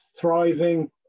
thriving